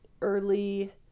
early